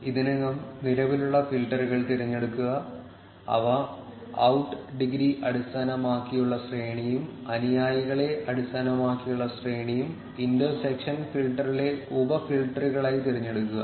ഇതിനകം നിലവിലുള്ള ഫിൽട്ടറുകൾ തിരഞ്ഞെടുക്കുക അവ ഔട്ട് ഡിഗ്രി അടിസ്ഥാനമാക്കിയുള്ള ശ്രേണിയും അനുയായികളെ അടിസ്ഥാനമാക്കിയുള്ള ശ്രേണിയും ഇൻറ്റർസെക്ഷൻ ഫിൽട്ടറിലെ ഉപ ഫിൽട്ടറുകളായി തിരഞ്ഞെടുക്കുക